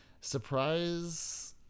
surprise